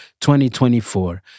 2024